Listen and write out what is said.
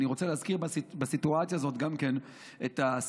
אני רוצה להזכיר בסיטואציה הזאת גם את הסמינרים,